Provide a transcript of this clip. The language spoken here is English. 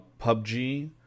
PUBG